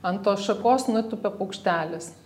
ant tos šakos nutupia paukštelis